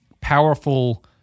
powerful